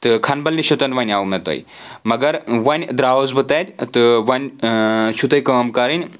تہٕ کھَنبل نِش تان وَناو مےٚ تۄہہِ مگر وۄنۍ درٛاوُس بہٕ تَتہِ تہٕ وۄنۍ چھُو تۄہہِ کٲم کَرٕنۍ